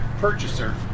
purchaser